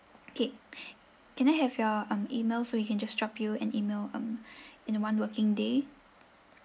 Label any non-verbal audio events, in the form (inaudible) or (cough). okay (breath) can I have your um email so we can just drop you an email um (breath) in a one working day